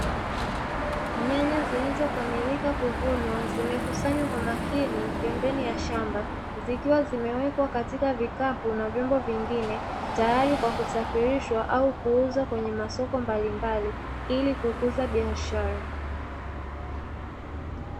Nyanya zilizokamilika kuvunwa zimekusanywa kwa makini pembeni ya shamba, zikiwa vimewekwa katika vikapu na vyombo vingine, tayari kwa kusafirishwa au kuuzwa kwenye masoko mbalimbali ili kukuza biashara.